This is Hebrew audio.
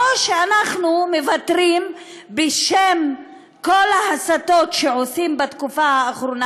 שאנחנו מוותרים בשם כל ההסתות שעושים בתקופה האחרונה,